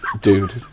dude